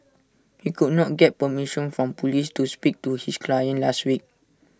he could not get permission from Police to speak to his client last week